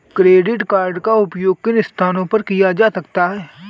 Credit card का उपयोग किन स्थानों पर किया जा सकता है?